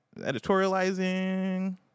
Editorializing